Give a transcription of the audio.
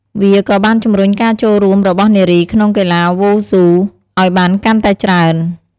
វាក៏បានជំរុញការចូលរួមរបស់នារីក្នុងកីឡាវ៉ូស៊ូឲ្យបានកាន់តែច្រើន។